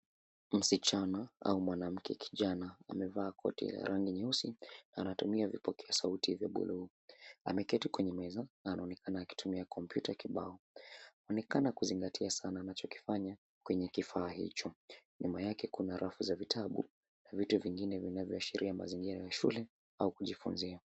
Msichana au mwanamke kijana amevaa koti ya rangi nyeusi na anatumia vipokea sauti ya buluu. Ameketi kwenye meza na anaonekana akitumia kompyuta kibao. Anaonekana kuzingatia sana anachokifanya kwenye kifaa hicho, nyuma yake kuna rafu za vitabu na vitu vingine vinavyo ashiria mazingira ya shule au kujifunzia.